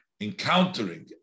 encountering